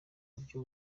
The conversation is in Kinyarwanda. buryo